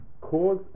cause